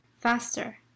faster